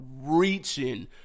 reaching